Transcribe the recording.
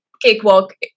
cakewalk